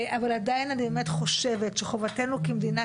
אבל עדיין אני באמת חשובת שחובתנו כמדינה,